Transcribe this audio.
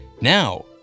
Now